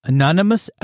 Anonymous